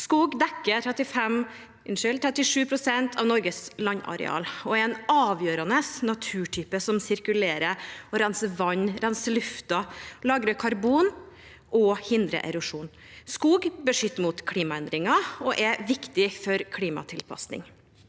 Skog dekker 37 pst. av Norges landareal og er en avgjørende naturtype som sirkulerer og renser vann, renser luften, lagrer karbon og hindrer erosjon. Skog beskytter mot klimaendringer og er viktig for klimatilpasning.